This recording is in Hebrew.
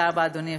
חכה, אדוני.